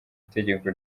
itegeko